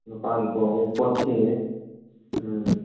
ꯅꯨꯄꯥꯒꯤꯀꯣ ꯋꯦꯁꯀꯣꯠꯁꯤ